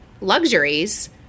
luxuries